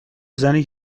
زنی